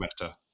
better